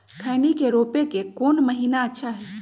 खैनी के रोप के कौन महीना अच्छा है?